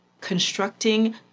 constructing